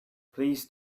please